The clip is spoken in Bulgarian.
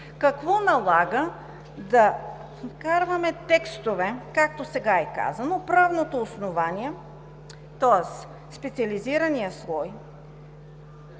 Какво налага да вкарваме текстове, както сега се прави – правното основание, тоест специализираният слой